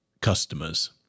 customers